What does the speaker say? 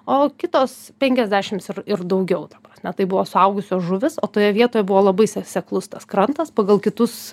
o kitos penkiasdešims ir ir daugiau ta prasme tai buvo suaugusios žuvys o toje vietoje buvo labai se seklus tas krantas pagal kitus